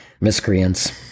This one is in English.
miscreants